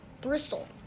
Bristol